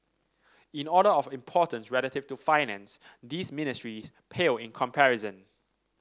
in order of importance relative to Finance these ministries pale in comparison